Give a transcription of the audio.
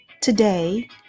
today